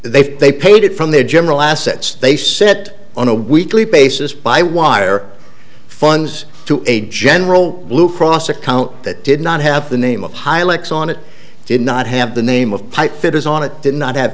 they they paid it from their general assets they set on a weekly basis by wire funds to a general blue cross account that did not have the name of highlights on it did not have the name of pipefitters on it did not have